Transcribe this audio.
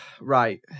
Right